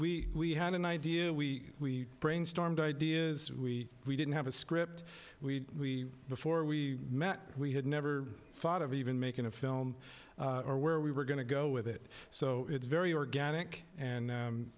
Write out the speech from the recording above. we we had an idea we brainstormed ideas we we didn't have a script we before we met we had never thought of even making a film or where we were going to go with it so it's very organic and